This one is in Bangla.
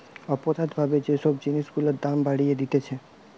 অপরাধ ভাবে যে সব জিনিস গুলার দাম বাড়িয়ে দিতেছে